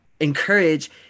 encourage